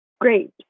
great